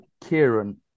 Kieran